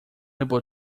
able